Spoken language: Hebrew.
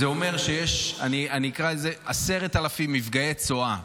זה אומר שיש 10,000 מפגעי צואה,